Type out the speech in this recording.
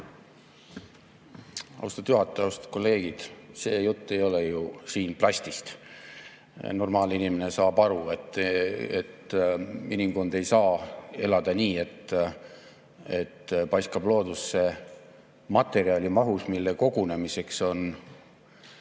juhataja! Austatud kolleegid! See jutt siin ei ole ju plastist. Normaalne inimene saab aru, et inimkond ei saa elada nii, et paiskab loodusesse materjali mahus, mille kogunemiseks on